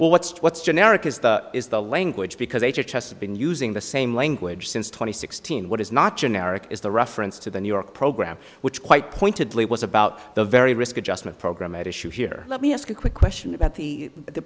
well what's what's generic is the is the language because a church has been using the same language since twenty sixteen what is not generic is the reference to the new york program which quite pointedly was about the very risk adjusted program at issue here let me ask a quick question about the